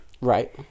Right